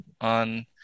on